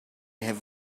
have